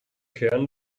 kern